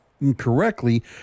incorrectly